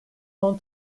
son